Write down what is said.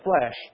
flesh